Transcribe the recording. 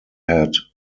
had